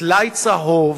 טלאי צהוב,